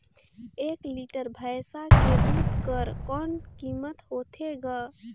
एक लीटर भैंसा के दूध कर कौन कीमत होथे ग?